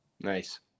Nice